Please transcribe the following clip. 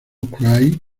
cry